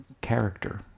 character